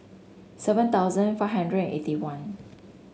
seven thousand five hundred eighty one